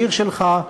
העיר שלך,